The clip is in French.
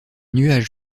nuages